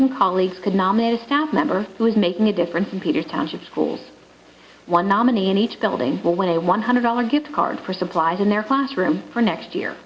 and colleagues could nominate a staff member who is making a difference in peter's township schools one nominee in each building will win a one hundred dollars gift card for supplies in their classroom for next year